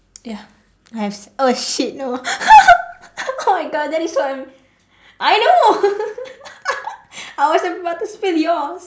ya I have oh shit no oh my god there is one I know I was about to spill yours